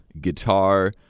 guitar